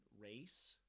race